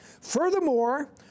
Furthermore